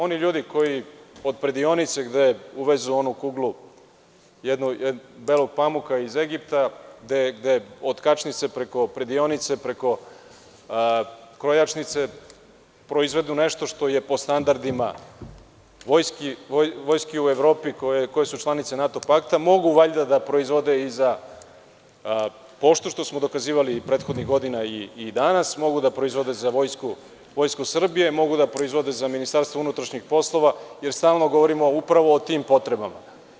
Oni ljudi koji, od predionice, gde uvezu onu kuglu, da li pamuka iz Egipta, od tkačnice, preko predionice, preko krojačnice proizvedu nešto što je po standardima vojske u Evropi, koje su članice NATO pakta, mogu valjda da proizvode i za poštu, što smo dokazivali prethodnih godina i danas, mogu da proizvode za Vojsku Srbije, mogu da proizvode za MUP, jer stalno govorimo o tim potrebama.